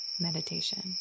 Meditation